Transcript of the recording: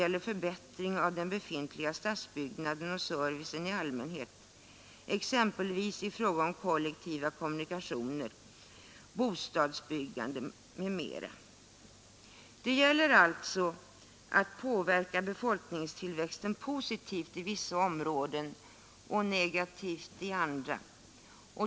gäller förbättring av den befintliga stadsbyggnaden och servicen till allmänheten exempelvis i fråga om kollektiva kommunikationer, bostadsbyggandet m.m.” Det gäller alltså att påverka befolkningstillväxten positivt i vissa områden och negativt i andra.